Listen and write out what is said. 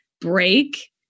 break